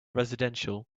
residential